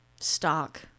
stock